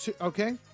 Okay